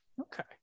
Okay